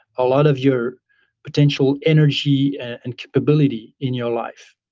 a lot of your potential energy and ability in your life.